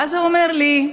ואז הוא אומר לי: